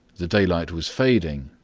the daylight was fading,